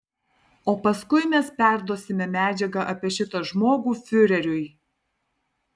o paskui mes perduosime medžiagą apie šitą žmogų fiureriui